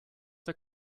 der